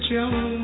Jones